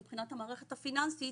מבחינת המערכת הפיננסית,